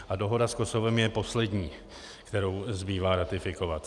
A dohoda s Kosovem je poslední, kterou zbývá ratifikovat.